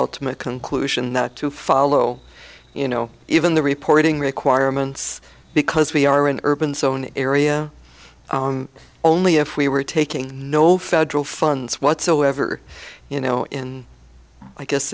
ultimate conclusion that to follow you know even the reporting requirements because we are an urban sown area only if we were taking no federal funds whatsoever you know in i guess